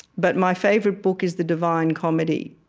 but my favorite book is the divine comedy.